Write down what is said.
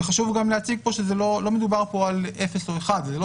וחשוב גם להציג פה שלא מדובר פה על אפס או אחד זה לא